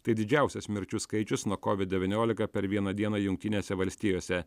tai didžiausias mirčių skaičius nuo covid devyniolika per vieną dieną jungtinėse valstijose